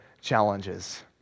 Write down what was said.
challenges